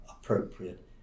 appropriate